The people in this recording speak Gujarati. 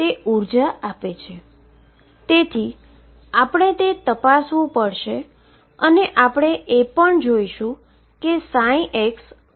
અને સમીકરણને સંતોષે છે જ્યારે હું તેને આ સમીકરણમાં મૂકીશ ત્યારે તમને કોન્સટન્ટ ψ મળે છે